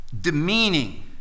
demeaning